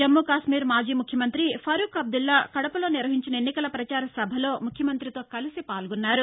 జమ్ము కశ్మీర్ మాజీ ముఖ్యమంతి ఫరూక్ అబ్దుల్లా కడపలో నిర్వహించిన ఎన్నికల ప్రచార సభలో ముఖ్యమంతితో కలసి పాల్గొన్నారు